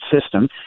system